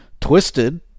twisted